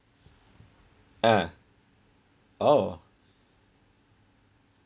ah oh